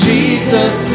Jesus